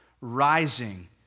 Rising